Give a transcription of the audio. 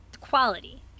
quality